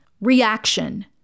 reaction